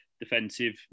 defensive